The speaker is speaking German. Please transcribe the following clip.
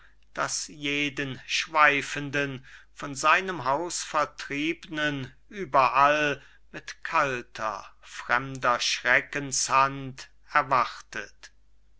das jeden schweifenden von seinem haus vertriebnen überall mit kalter fremder schreckenshand erwartet